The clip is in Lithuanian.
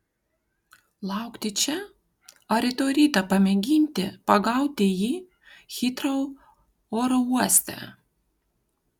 laukti čia ar rytoj rytą pamėginti pagauti jį hitrou oro uoste